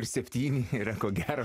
ir septyni yra ko gero